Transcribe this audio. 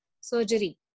surgery